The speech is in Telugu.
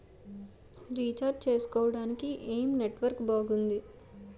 రీఛార్జ్ చేసుకోవటానికి ఏం నెట్వర్క్ బాగుంది?